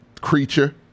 creature